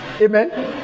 Amen